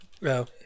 no